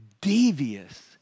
devious